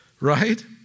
Right